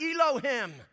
Elohim